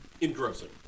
engrossing